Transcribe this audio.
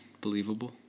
believable